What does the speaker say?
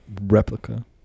replica